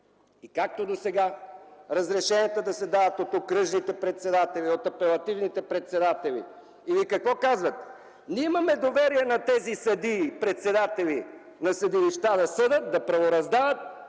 както досега, да се дават от окръжните председатели, от апелативните председатели. Или какво казват? Ние имаме доверие на тези съдии – председатели на съдилища, да съдят, да правораздават,